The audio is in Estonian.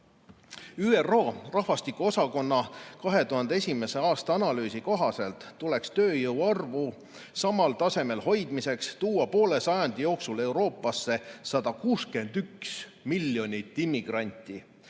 rahvastikuosakonna 2001. aasta analüüsi kohaselt tuleks tööjõu arvu samal tasemel hoidmiseks tuua poole sajandi jooksul Euroopasse 161 miljonit immigranti